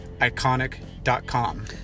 iconic.com